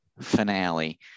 finale